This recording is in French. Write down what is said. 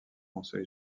conseil